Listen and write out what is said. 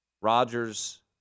Rodgers